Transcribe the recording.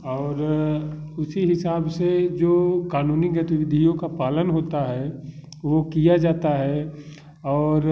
और उसी हिसाब से जो कानूनी गतिविधियों का पालन होता है वो किया जाता है और